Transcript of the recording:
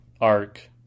arc